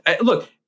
Look